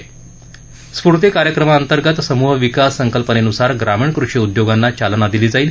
स्फूर्ती कार्यक्रमांतर्गत समूह विकास संकल्पनेनुसार ग्रामीण कृषी उद्योगांना चालना दिली जाईल